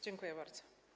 Dziękuję bardzo.